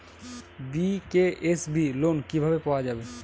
BKSB loan কিভাবে পাওয়া যাবে?